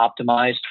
optimized